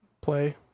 play